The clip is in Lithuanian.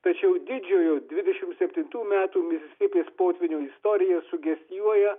tačiau didžiojo dvidešimt septintų metų misisipės potvynio istorija sugestijuoja